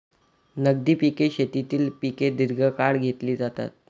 नगदी पिके शेतीतील पिके दीर्घकाळ घेतली जातात